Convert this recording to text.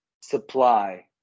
supply